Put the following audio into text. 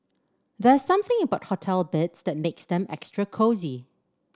there's something about hotel beds that makes them extra cosy